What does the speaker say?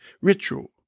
ritual